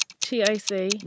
T-A-C